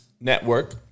Network